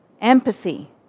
empathy